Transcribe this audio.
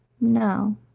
No